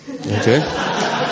Okay